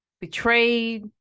betrayed